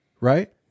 Right